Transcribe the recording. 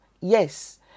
Yes